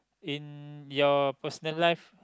in your personal life